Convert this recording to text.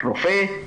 אני רופא,